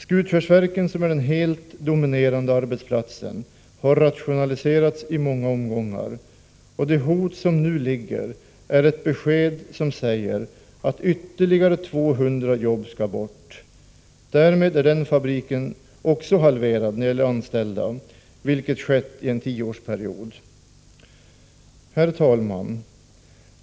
Skutskärsverken, som är den helt dominerande arbetsplatsen, har rationaliserats i många omgångar, och det hot som nu ligger innebär att ytterligare 200 jobb skall bort. Därmed är också den fabriken halverad, när det gäller anställda, vilket skett under en tioårsperiod. Herr talman!